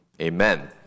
Amen